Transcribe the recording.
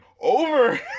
over